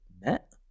met